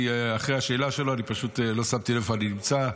אחרי השאלה שלו אני לא שמתי לב איפה אני נמצא.